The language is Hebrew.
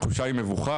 התחושה היא מבוכה,